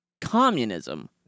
communism